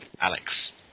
Alex